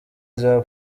rya